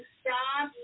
stop